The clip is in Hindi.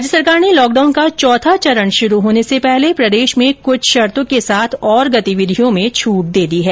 राज्य सरकार ने लॉकडाउन का चौथा चरण शुरू होने से पहले प्रदेश में कुछ शर्तो के साथ और गतिविधियों में छूट दे दी है